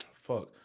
fuck